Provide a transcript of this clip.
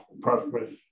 prosperous